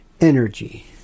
energy